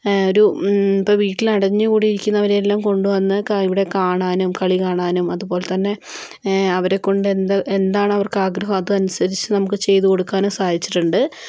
ഒരു ഇപ്പം വീട്ടിൽ അടഞ്ഞു കൂടി ഇരിക്കുന്നവരെല്ലാം കൊണ്ട് വന്ന് ക ഇവിടേ കാണാനും കളി കാണാനും അതുപോലെ തന്നേ അവരെ കൊണ്ട് എന്ത് എന്താണ് അവർക്ക് ആഗ്രഹം അത് അനുസരിച്ച് നമുക്ക് ചെയ്ത് കൊടുക്കാനും സാധിച്ചിട്ടുണ്ട്